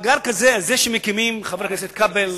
מאגר כזה, כפי שמקימים, חבר הכנסת כבל,